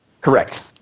Correct